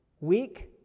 Weak